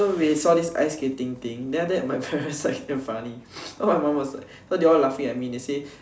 so we saw this ice skating thing then after that my parents like damn funny cause my mum was like they all laughing at me they say